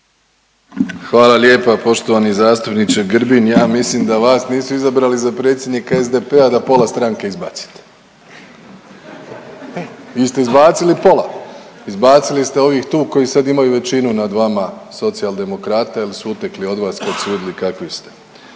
Hvala lijepa. Poštovani zastupniče Grbin, ja mislim da vas nisu izabrali za predsjednika SDP-a da pola stranke izbacite. Vi ste izbacili pola? Izbacili ste ovih tu koji sad imaju većinu nad vama Socijaldemokrate jel su utekli od vas kad su vidjeli kakvi ste.